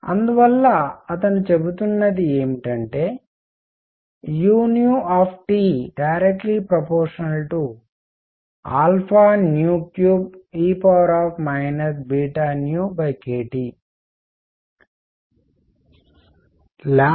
అందువల్ల అతను చెబుతున్నది ఏమిటంటే u ∝ 3e kT